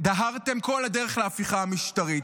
דהרתם כל הדרך להפיכה המשטרית.